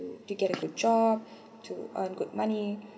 to get a good job to earn good money